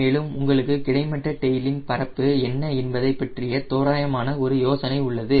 மேலும் உங்களுக்கு கிடைமட்ட டெயில் பரப்பு என்ன என்பதைப் பற்றிய தோராயமான ஒரு யோசனை உள்ளது